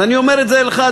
ואני אומר את זה לך,